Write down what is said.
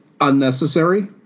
unnecessary